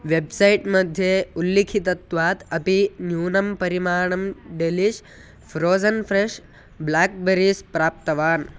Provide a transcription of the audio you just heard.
website मध्ये उल्लिखितत्वात् अपि न्यूनं परिमाणं डेलिश् फ़्रोसन् फ़्रेश् ब्लाक्बेरीस् प्राप्तवान्